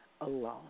alone